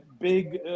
big